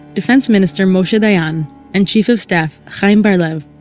defense minister moshe dayan and chief of staff haim bar-lev,